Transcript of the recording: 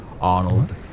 Arnold